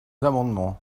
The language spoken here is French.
amendements